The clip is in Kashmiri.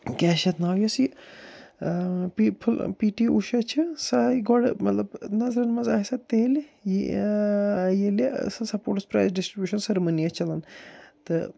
کیٛاہ چھِ یَتھ ناو یۄس یہِ P full P T Usha چھِ سۄ آیہِ گۄڈٕ مطلب نظرَن منٛز آیہِ سۄ تیٚلہِ یہِ ییٚلہِ سۄ سَپوٹٕس پرٛایِز ڈِسٹِرٛبیوٗشَن سٔرمٔنی ٲس چلان تہٕ